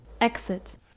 Exit